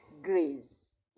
grace